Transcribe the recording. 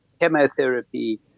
chemotherapy